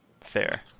fair